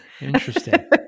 Interesting